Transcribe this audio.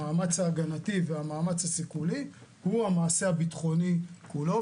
המאמץ ההגנתי והמאמץ הסיכולי הוא המעשה הביטחוני כולו,